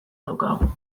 daukagu